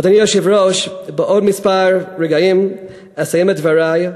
אדוני היושב-ראש, בעוד כמה רגעים אסיים את דברי,